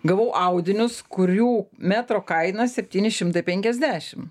gavau audinius kurių metro kaina septyni šimtai penkiasdešim